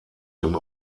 dem